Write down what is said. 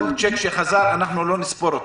כל צ'ק שחזר, אנחנו לא נספור אותו.